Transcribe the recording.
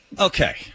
Okay